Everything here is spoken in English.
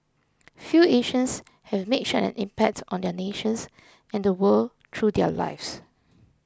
few Asians have made such an impact on their nations and the world through their lives